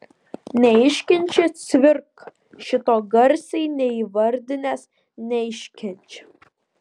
neiškenčia cvirka šito garsiai neįvardinęs neiškenčia